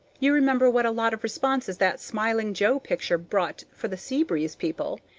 you remember what a lot of responses that smiling joe picture brought for the sea breeze people?